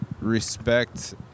respect